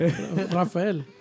rafael